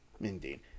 Indeed